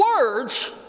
words